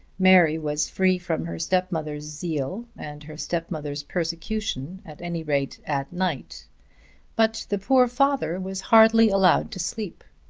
mary was free from her stepmother's zeal and her stepmother's persecution at any rate at night but the poor father was hardly allowed to sleep.